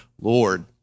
Lord